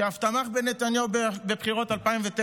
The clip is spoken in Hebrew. שאף תמך בנתניהו בבחירות 2009,